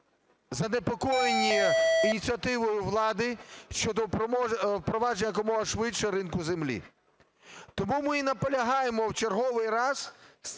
занепокоєні ініціативою влади щодо впровадження якомога швидше ринку землі. Тому ми і наполягаємо в черговий раз,